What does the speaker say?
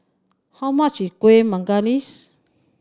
how much is Kuih Manggis